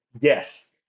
Yes